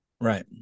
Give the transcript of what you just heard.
Right